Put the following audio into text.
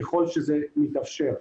ככל שזה מתאפשר.